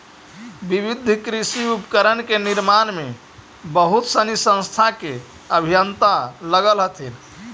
विविध कृषि उपकरण के निर्माण में बहुत सनी संस्था के अभियंता लगल हथिन